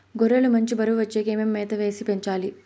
గొర్రె లు మంచి బరువు వచ్చేకి ఏమేమి మేత వేసి పెంచాలి?